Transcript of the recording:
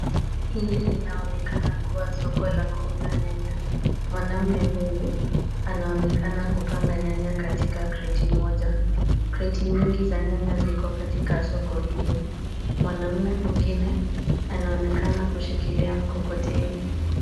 Hili linaonekana kuwa soko la kuuza nyanya. Mwanaume huyu anaonekana kupanga nyanya katika kreti moja. Kreti nyingi za nyanya ziko katika soko hili. Mwanaume mwingine anaonekana kushikilia mkokoteni.